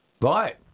Right